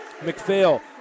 McPhail